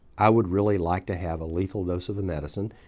i would really like to have a lethal dose of the medicine.